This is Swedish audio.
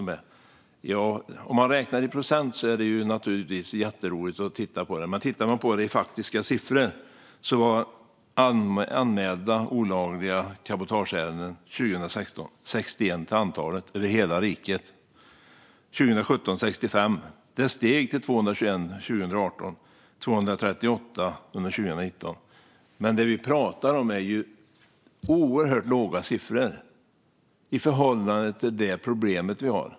Om man räknar i procent är det naturligtvis jätteroligt att titta på det, men tittar man på de faktiska siffrorna ser man att det var 61 anmälda ärenden om olagligt cabotage över hela riket 2016. Det var 65 under 2017, och det steg till 221 under 2018 och till 238 under 2019. Det är dock oerhört låga siffror som vi pratar om i förhållande till de problem vi har.